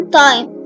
time